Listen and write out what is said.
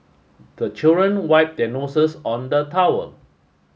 the children wipe their noses on the towel